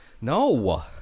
No